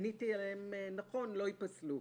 שעניתי עליהן נכון לא ייפסלו.